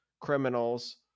criminals